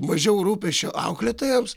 mažiau rūpesčių auklėtojams